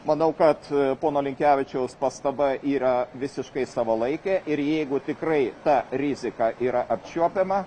manau kad pono linkevičiaus pastaba yra visiškai savalaikė ir jeigu tikrai ta rizika yra apčiuopiama